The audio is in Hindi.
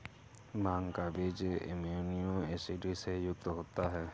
भांग का बीज एमिनो एसिड से युक्त होता है